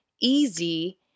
easy